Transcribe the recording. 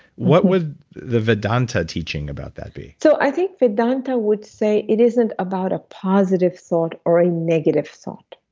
what would the vedanta teaching about that be? so i think vedanta would say it isn't about a positive thought or a negative thought.